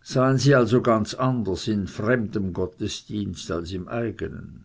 sahen sie also ganz anders in fremdem gottesdienst als im eigenen